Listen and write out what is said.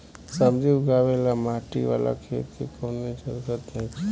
सब्जी उगावे ला माटी वाला खेत के कवनो जरूरत नइखे